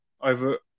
over